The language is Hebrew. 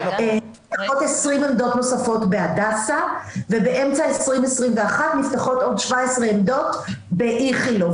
עוד 20 עמדות נוספות בהדסה ובאמצע 2021 נפתחות עוד 17 עמדות באיכילוב.